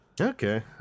Okay